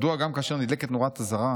מדוע גם כאשר נדלקת נורת אזהרה,